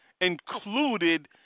included